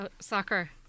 soccer